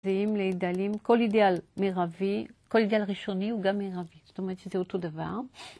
כל אידאל מרבי, כל אידאל ראשוני הוא גם מרבי. זאת אומרת שזה אותו דבר.